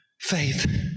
Faith